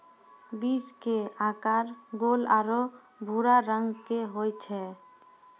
बीज के आकार गोल आरो भूरा रंग के होय छै